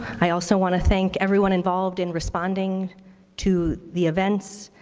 i also want to thank everyone involved in responding to the events,